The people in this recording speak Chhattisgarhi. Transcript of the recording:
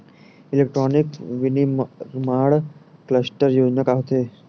इलेक्ट्रॉनिक विनीर्माण क्लस्टर योजना का होथे?